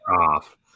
off